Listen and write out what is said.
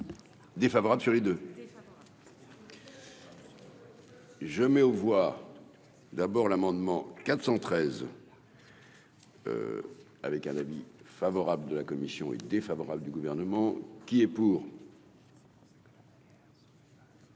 défavorable, Thierry de. Je mets aux voix d'abord l'amendement 413. Avec un avis favorable de la commission est défavorable du gouvernement qui est pour.